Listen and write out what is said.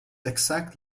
exact